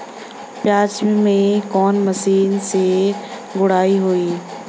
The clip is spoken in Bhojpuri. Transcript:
प्याज में कवने मशीन से गुड़ाई होई?